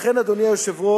לכן, אדוני היושב-ראש,